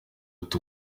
ati